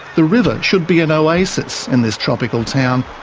the river should be an oasis in this tropical town,